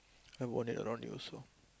I worn it around you also